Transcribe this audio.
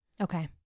Okay